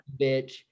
bitch